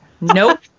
Nope